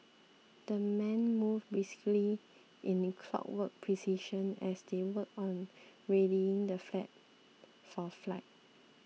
the men moved briskly in clockwork precision as they worked on readying the flag for flight